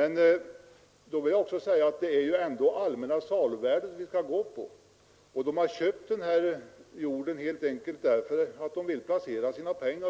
Men det är ju ändå allmänna saluvärdet man skall gå efter, och de har köpt den här gården helt enkelt därför att de vill placera sina pengar.